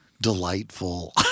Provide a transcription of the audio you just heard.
delightful